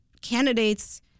candidates